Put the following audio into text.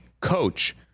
coach